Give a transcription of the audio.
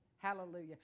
Hallelujah